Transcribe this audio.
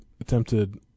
Attempted